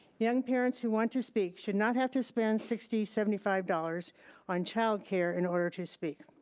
young parents who want to speak should not have to spend sixty, seventy five dollars on childcare in order to speak.